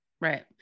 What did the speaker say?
right